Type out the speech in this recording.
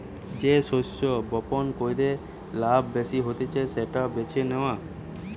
যে শস্য বপণ কইরে লাভ বেশি হতিছে সেটা বেছে নেওয়া